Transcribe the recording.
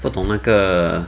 不懂那个